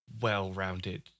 well-rounded